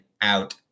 out